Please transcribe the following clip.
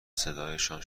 صدایشان